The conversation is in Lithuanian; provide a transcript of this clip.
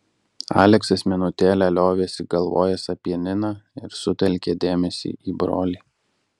aleksas minutėlę liovėsi galvojęs apie niną ir sutelkė dėmesį į brolį